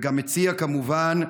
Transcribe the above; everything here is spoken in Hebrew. וגם מציע, כמובן,